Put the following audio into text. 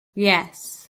yes